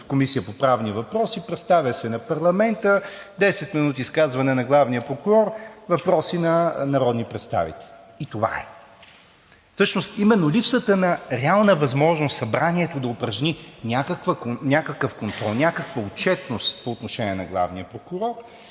от Комисията по правни въпроси, представя се на парламента, десет минути изказване на главния прокурор, въпроси на народни представители и това е. Всъщност именно липсата на реална възможност Събранието да упражни някакъв контрол, някаква отчетност по отношение на главния прокурор,